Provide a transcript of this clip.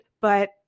But-